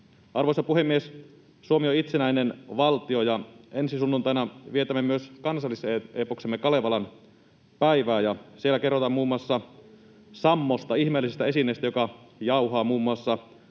Arvoisa puhemies! Suomi on itsenäinen valtio, ja ensi sunnuntaina vietämme myös kansalliseepoksemme Kalevalan päivää. Siellä kerrotaan muun muassa sammosta, ihmeellisestä esineestä, joka jauhaa muun muassa